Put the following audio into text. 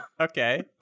Okay